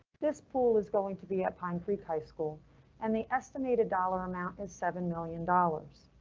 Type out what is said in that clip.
this pool is going to be at pine creek high school and the estimated dollar amount is seven million dollars.